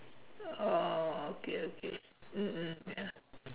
oh okay okay mm mm ya